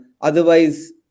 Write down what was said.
Otherwise